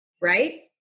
Right